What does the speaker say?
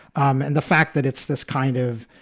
um and the fact that it's this kind of